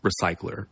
recycler